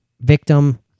victim